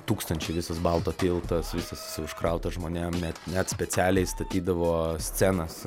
tūkstančiai visas balto tiltas visas užkrautas žmonėm net net specialiai statydavo scenas